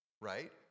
Right